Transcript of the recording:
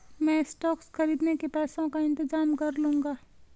मैं स्टॉक्स खरीदने के पैसों का इंतजाम कर लूंगा